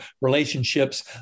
relationships